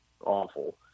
awful